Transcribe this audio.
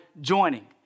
joining